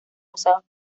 usados